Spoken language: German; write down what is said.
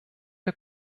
der